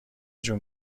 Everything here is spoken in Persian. جون